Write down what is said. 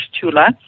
Chula